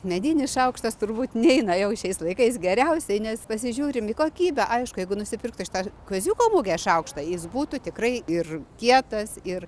medinis šaukštas turbūt neina jau šiais laikais geriausiai nes pasižiūrim į kokybę aišku jeigu nusipirktų šitą kaziuko mugės šaukštą jis būtų tikrai ir kietas ir